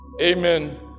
Amen